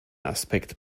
aspekt